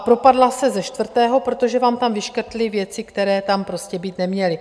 Propadla se ze čtvrtého, protože vám tam vyškrtli věci, které tam prostě být neměly.